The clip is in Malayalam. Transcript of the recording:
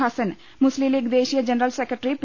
ഹസ്സൻ മുസ്ലിംലീഗ് ദേശീയ ജനറൽ സെക്ര ട്ടറി പി